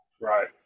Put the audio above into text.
Right